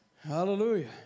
Hallelujah